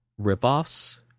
ripoffs